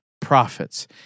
prophets